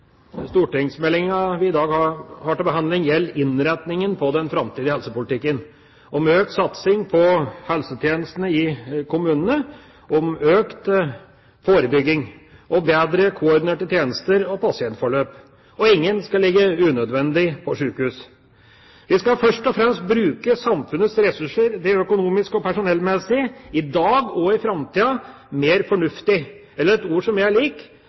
den framtidige helsepolitikken om økt satsing på helsetjenestene i kommunene, om økt forebygging og bedre koordinerte tjenester og pasientforløp, og at ingen skal ligge unødvendig på sjukehus. Vi skal først og fremst bruke samfunnets ressurser, de økonomiske og personellmessige, i dag og i framtida, mer fornuftig. Eller sagt med et ord som jeg liker: Vi skal gjøre ting smartere gjennom en reform som alle er